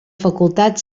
facultat